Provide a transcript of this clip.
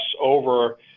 over